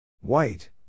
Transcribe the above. White